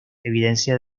evidencia